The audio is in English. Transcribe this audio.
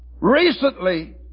recently